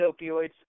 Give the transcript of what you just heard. opioids